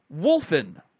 wolfen